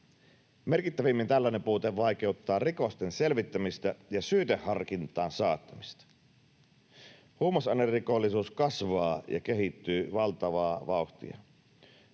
Merkittävimmin tällainen puute vaikeuttaa rikosten selvittämistä ja syyteharkintaan saattamista. Huumausainerikollisuus kasvaa ja kehittyy valtavaa vauhtia.